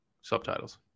Subtitles